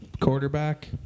Quarterback